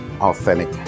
authentic